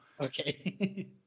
Okay